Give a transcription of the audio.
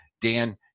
Dan